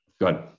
good